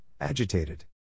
Agitated